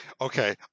okay